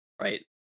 Right